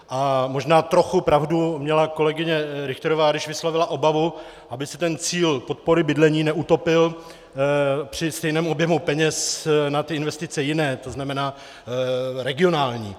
A možná trochu pravdu měla kolegyně Richterová, když vyslovila obavu, aby se ten cíl podpory bydlení neutopil při stejném objemu peněz na ty investice jiné, to znamená regionální.